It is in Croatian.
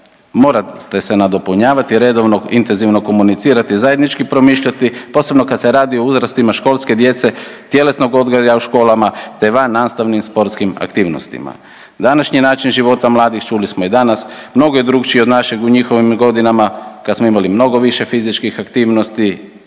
Morate se nadopunjavati redovno, intenzivno komunicirati zajednički promišljati, posebno kad se radi o uzrastima školske djece, tjelesnog odgoja u školama te vannastavnim sportskim aktivnostima. Današnji način života mladih, čuli smo i danas, mnogo je drukčiji od našeg u njihovim godinama kada smo imali mnogi više fizičkih aktivnosti